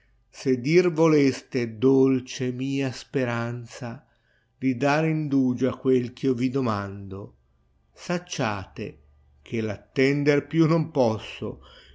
se dir voleste dolce mia sperante di dare indugio a quel ch io vi domando sacciate che v attender più non posso